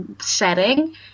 setting